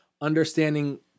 understanding